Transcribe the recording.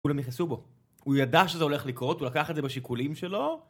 כולם נכנסו בו, הוא ידע שזה הולך לקרות, הוא לקח את זה בשיקולים שלו.